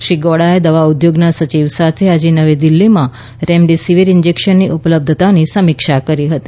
શ્રી ગૌડાએ દવા ઉદ્યોગના સચિવ સાથે આજે નવી દિલ્હીમાં રેમડેસીવીર ઇન્જેક્શનની ઉપલબ્ધતાની સમિક્ષા કરી હતી